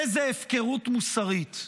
איזו הפקרות מוסרית.